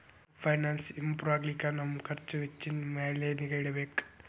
finance improve ಆಗ್ಲಿಕ್ಕೆ ನಮ್ ಖರ್ಛ್ ವೆಚ್ಚಿನ್ ಮ್ಯಾಲೆ ನಿಗಾ ಇಡ್ಬೆಕ್